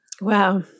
Wow